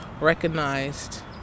recognized